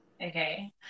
Okay